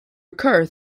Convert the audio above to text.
recur